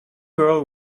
girl